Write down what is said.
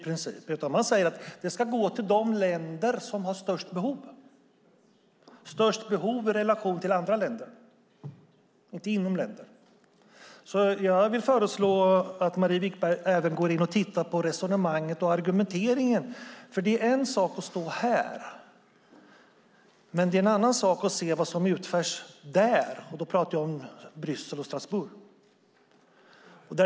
Man säger att de ska gå till de länder som har störst behov i relation till andra länder, inte inom länder. Jag föreslår att Marie Wickberg tittar på resonemanget och argumenteringen även på den punkten. Det är en sak att stå här, men det är en annan sak att se vad som utförs där. Då pratar jag om Bryssel och Strasbourg.